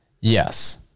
Yes